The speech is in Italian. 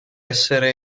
essere